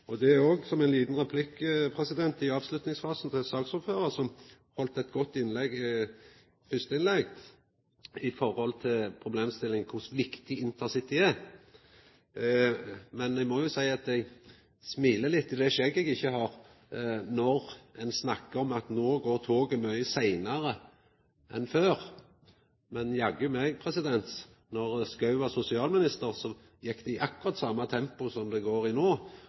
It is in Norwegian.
liten replikk, i avslutningsfasen, til saksordføraren, som heldt eit godt førsteinnlegg når det gjeld kor viktig intercityprosjektet er. Men eg må jo seia at eg smiler litt i det skjegget eg ikkje har, når ein snakkar om at no går toget mykje seinare enn før. Men jaggu meg, då Schou var sosialminister, gjekk det i akkurat det same tempoet som det går i